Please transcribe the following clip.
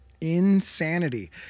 insanity